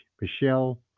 Michelle